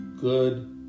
Good